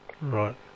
Right